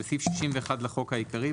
בסעיף 61 לחוק העיקרי,